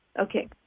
Okay